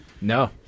No